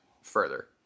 further